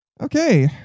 okay